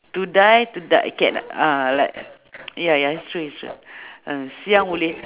to die to d~ can ah like ya ya it's true it's true uh siang boleh